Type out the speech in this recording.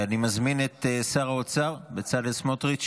אני מזמין את שר האוצר, חבר הכנסת בצלאל סמוטריץ',